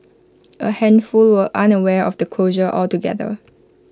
A handful were unaware of the closure altogether